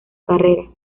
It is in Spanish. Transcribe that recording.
carrera